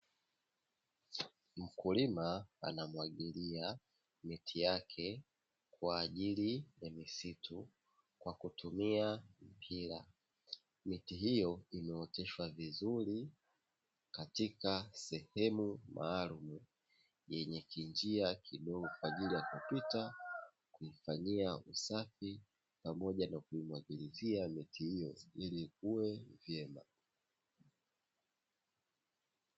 Mkulima anamwagilia miti yake kwa ajili ya mazito kwa kutumia mpila. Miti hiyo imeuzwa katika sehemu maalum yenye kijia kidogo ajili ya kupita, kufanyia sample pamoja na kuipitia miti hiyo.